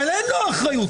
אבל אין לו אחריות.